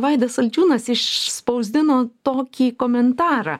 vaidas saldžiūnas išspausdino tokį komentarą